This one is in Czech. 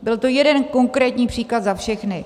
Byl to jeden konkrétní příklad za všechny.